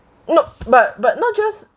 no but but not just